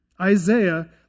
Isaiah